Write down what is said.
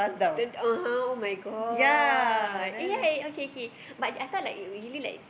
then (uh huh) [oh]-my-god eh yeah okay K but I thought like we really like